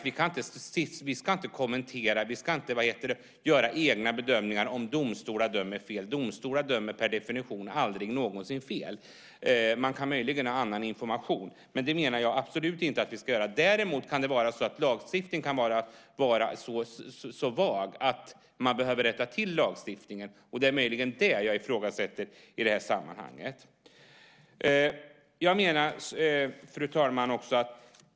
Vi ska inte kommentera och göra egna bedömningar av om domstolar dömer fel. Domstolar dömer per definition aldrig någonsin fel. Man kan möjligen ha annan information. Jag menar absolut inte att vi ska göra det. Däremot kan lagstiftningen vara så vag att man behöver rätta till lagstiftningen. Det är möjligen det som jag ifrågasätter i det här sammanhanget. Fru talman!